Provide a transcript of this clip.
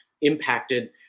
impacted